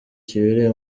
kibereye